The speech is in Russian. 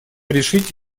решить